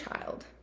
child